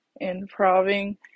improving